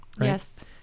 Yes